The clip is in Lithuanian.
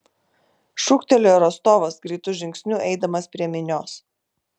šūktelėjo rostovas greitu žingsniu eidamas prie minios